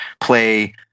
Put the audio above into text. play